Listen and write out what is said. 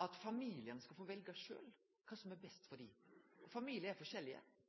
at familien skal få velje sjølv kva som er best for dei. Familiar er forskjellige, og